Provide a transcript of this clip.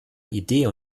idee